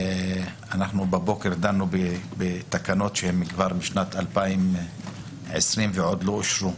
אנחנו בבוקר דנו בתקנות משנת 2020 ועוד לא אושרו.